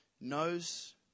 knows